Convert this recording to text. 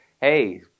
hey